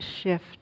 shift